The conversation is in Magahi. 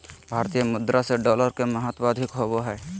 भारतीय मुद्रा से डॉलर के महत्व अधिक होबो हइ